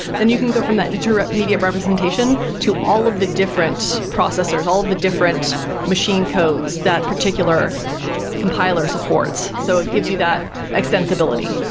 then you can go from that intermediate representation to all of the different processors, all of the different machine codes that that particular compiler support so it gives you that extensibility.